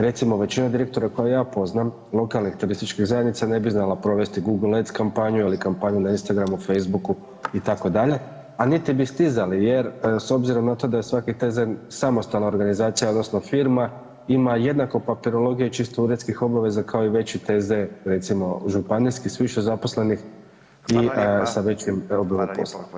Recimo, većina direktora koje ja poznam lokalnih turističkih zajednica ne bi znala provesti Google Ads kampanju ili kampanju na Instagramu, Facebooku itd., a niti bi stizali jer s obzirom na to da je svaki TZ samostalna organizacija odnosno firma ima jednako papirologije čisto uredskih obaveza kao i veći TZ recimo županijski s više zaposlenih i sa većim obimom posla.